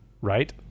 Right